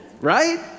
right